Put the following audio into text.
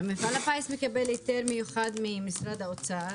מפעל הפיס מקבל היתר מיוחד ממשרד האוצר,